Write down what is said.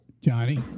Johnny